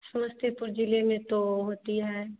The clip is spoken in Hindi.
समस्तीपुर ज़िले में तो होती है